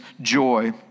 joy